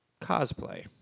cosplay